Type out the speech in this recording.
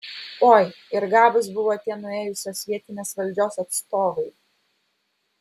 oi ir gabūs buvo tie nuėjusios vietinės valdžios atstovai